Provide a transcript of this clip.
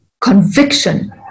conviction